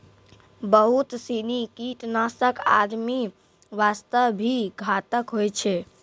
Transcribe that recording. बहुत सीनी कीटनाशक आदमी वास्तॅ भी घातक होय छै